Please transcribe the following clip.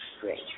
Great